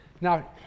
Now